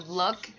look